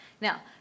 Now